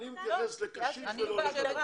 אני מתייחס לקשיש ולעולה חדש.